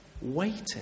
waiting